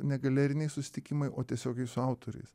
ne galeriniai susitikimai o tiesiogiai su autoriais